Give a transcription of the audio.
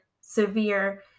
severe